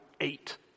eight